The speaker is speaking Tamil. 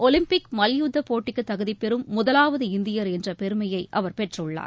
ஒலிம்பிக் மல்யுத்த போட்டிக்கு தகுதி பெறும் முதலாவது இந்தியர் என்ற பெருமையை அவர் பெற்றுள்ளார்